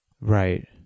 Right